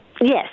Yes